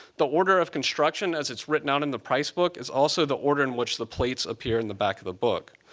the order of construction as it's written down in the prize book is also the order in which the plates appear in the back of the book.